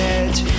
edge